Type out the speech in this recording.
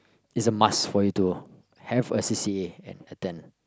is a must for you to have a c_c_a and attend